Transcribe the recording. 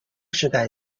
世代